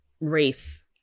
race